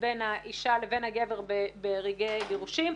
בין האישה ובין הגבר ברגעי גירושים.